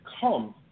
come